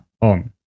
on